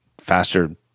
faster